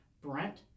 Brent